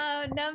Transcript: Number